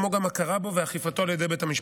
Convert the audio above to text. כמו גם הכרה בו ואכיפתו על ידי בית המשפט.